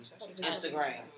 Instagram